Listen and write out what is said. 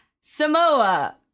Samoa